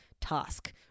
task